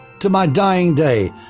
to my dying day,